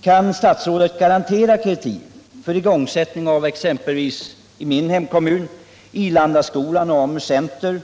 Kan statsrådet garantera kreditiv för igång — sättning av projekt typ Ilandaskolan och AMU-center i min hemkom Om åtgärder för att mun?